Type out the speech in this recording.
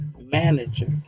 manager